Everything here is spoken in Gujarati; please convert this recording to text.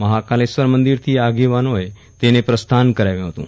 મહાકાલેશ્વર મંદિર થી આગેવાનોએ તેને પ્રસ્થાન કરાવ્યુ હતું